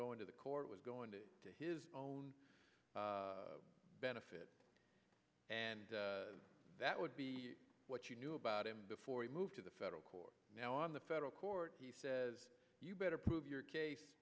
going to the court was going to be his own benefit and that would be what you knew about him before he moved to the federal court now in the federal court he says you better prove you